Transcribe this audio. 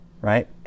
right